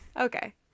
Okay